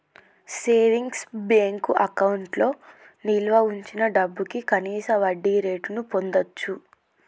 savings bank అకౌంట్లో నిల్వ వుంచిన డబ్భుకి కనీస వడ్డీరేటును పొందచ్చు